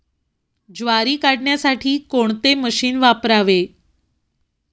ज्वारी काढण्यासाठी कोणते मशीन वापरावे?